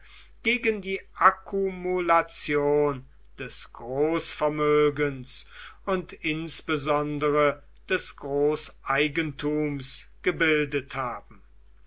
gegen die akkumulation des großvermögens und insbesondere des großeigentums gebildet haben